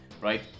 right